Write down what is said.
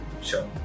sure